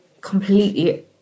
completely